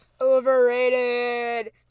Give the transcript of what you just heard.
Overrated